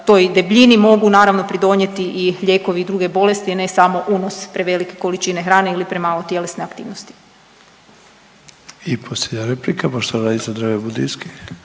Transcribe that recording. toj debljini mogu naravno pridonijeti i lijekovi i druge bolesti, a ne samo unos prevelike količine hrane ili premalo tjelesne aktivnosti. **Sanader, Ante (HDZ)** I posljednja replika, poštovan Nadica Dreven Budinski.